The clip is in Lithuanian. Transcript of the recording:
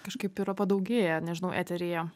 kažkaip yra padaugėję nežinau eteryje